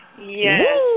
Yes